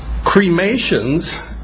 Cremations